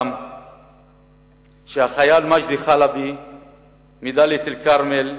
שהחייל מג'די חלבי מדאלית-אל-כרמל,